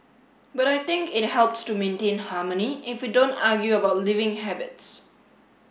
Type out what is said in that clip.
but I think it helps to maintain harmony if we don't argue about living habits